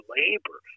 labor